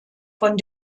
von